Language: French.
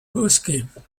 bosquets